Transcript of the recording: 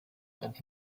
and